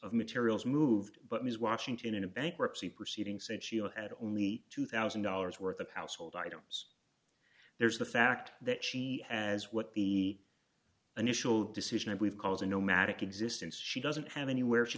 of materials moved but ms washington in a bankruptcy proceeding said she had only two thousand dollars worth of household items there's the fact that she has what the initial decision and we've calls a nomadic existence she doesn't have anywhere she